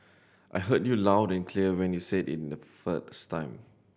I heard you loud and clear when you said it in the first time